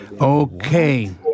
Okay